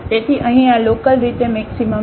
તેથી અહીં આ લોકલરીતે મેક્સિમમ છે